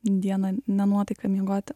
dieną ne nuotaika miegoti